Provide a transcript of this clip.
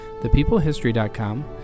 ThepeopleHistory.com